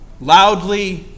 Loudly